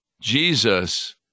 Jesus